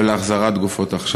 ולהחזרת גופות עכשיו.